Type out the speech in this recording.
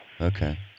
Okay